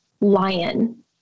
lion